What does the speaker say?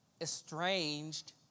estranged